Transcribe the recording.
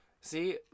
See